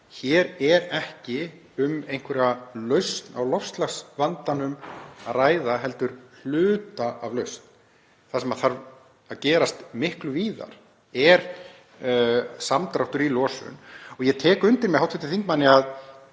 Hér er ekki um lausn á loftslagsvandanum að ræða heldur hluta af lausn. Það sem þarf að gerast miklu víðar er samdráttur í losun. Ég tek undir með hv. þingmanni að